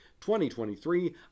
2023